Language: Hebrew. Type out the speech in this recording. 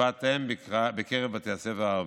כשפת אם בבתי הספר הערביים.